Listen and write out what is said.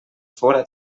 fóra